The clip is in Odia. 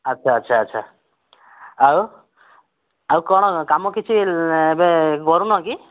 ଆଚ୍ଛା ଆଚ୍ଛା ଆଚ୍ଛା ଆଉ ଆଉ କ'ଣ କାମ କିଛି ଏବେ କରୁନ କି